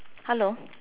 hello